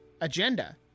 agenda